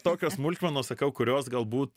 tokios smulkmenos sakau kurios galbūt